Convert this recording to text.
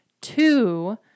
two